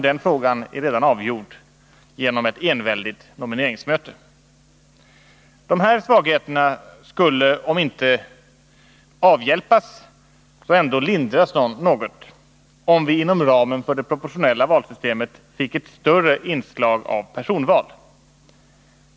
Den frågan är redan avgjord på ett enväldigt nomineringsmöte. Dessa svagheter skulle om inte avhjälpas så ändå lindras något, om vi inom ramen för det proportionella valsystemet fick ett större inslag av personval.